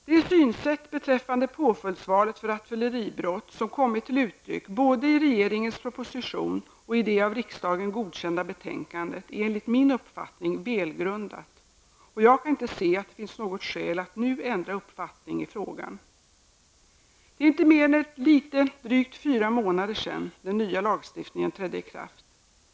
Det synsätt beträffande påföljdsvalet för rattfylleribrott som kommit till uttryck både i regeringens proposition och i det av riksdagen godkända betänkandet är enligt min uppfattning välgrundat och jag kan inte se att det finns något skäl att nu ändra uppfattning i frågan. Det är inte mer än litet drygt fyra månader sedan den nya lagstiftningen trädde i kraft.